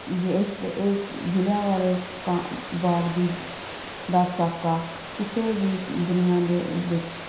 ਜੇ ਇਸ ਇਹ ਜਲ੍ਹਿਆਂ ਵਾਲੇ ਬਾਗ ਦੀ ਦਾ ਸਾਕਾ ਕਿਸੇ ਵੀ ਦੁਨੀਆ ਦੇ ਵਿੱਚ